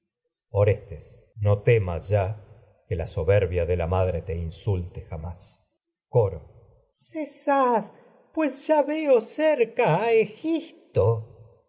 orestes te no temas ya que la soberbia de la madre insulte jamás electra orestes coro cesad pues ya veo cerca a egisto